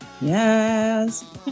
Yes